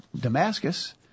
Damascus